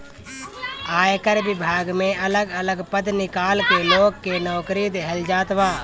आयकर विभाग में अलग अलग पद निकाल के लोग के नोकरी देहल जात बा